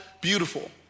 beautiful